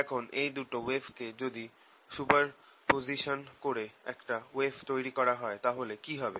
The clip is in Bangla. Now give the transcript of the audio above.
এখন এই দুটো ওয়েভ কে যদি সুপারপজিসন করে একটা ওয়েভ তৈরি করা হয় তাহলে কি হবে